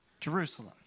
Jerusalem